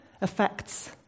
affects